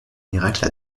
miracle